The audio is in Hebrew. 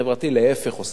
להיפך, עושה עוול חברתי.